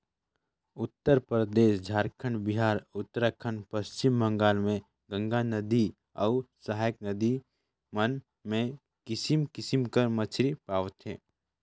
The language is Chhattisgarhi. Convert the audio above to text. उत्तरपरदेस, झारखंड, बिहार, उत्तराखंड, पच्छिम बंगाल में गंगा नदिया अउ सहाएक नदी मन में किसिम किसिम कर मछरी पवाथे